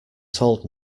told